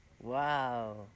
Wow